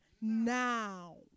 Now